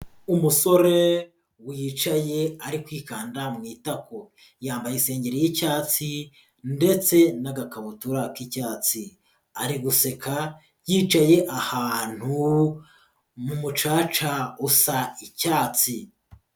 Umusore wicaye ari kwikanda mu itako, yambaye isengeri y'icyatsi ndetse n'agakabutura k'icyatsi. Ari guseka yicaye ahantu mu mucaca usa icyatsi.